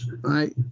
right